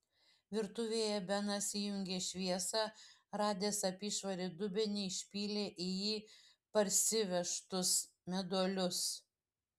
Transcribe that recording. virtuvėje benas įjungė šviesą radęs apyšvarį dubenį išpylė į jį parsivežtus meduolius